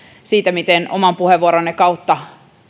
siitä miten oman puheenvuoronne kautta